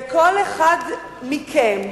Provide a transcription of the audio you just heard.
וכל אחד מכם,